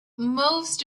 most